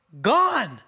gone